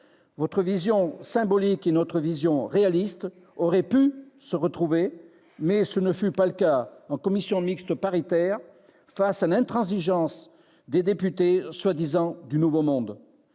Votre vision symbolique et notre vision réaliste auraient pu se retrouver, mais ce ne fut pas le cas en commission mixte paritaire face à l'intransigeance des députés incarnant le prétendu